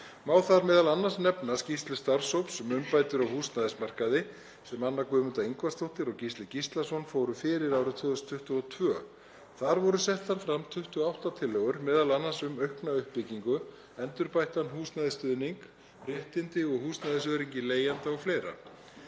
Má þar meðal annars nefna skýrslu starfshóps um umbætur á húsnæðismarkaði sem Anna Guðmunda Ingvarsdóttir og Gísli Gíslason fóru fyrir árið 2022. Þar voru settar fram 28 tillögur, m.a. um aukna uppbyggingu, endurbættan húsnæðisstuðning, réttindi og húsnæðisöryggi leigjenda og fleira.